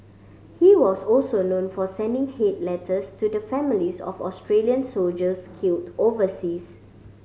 he was also known for sending hate letters to the families of Australian soldiers killed overseas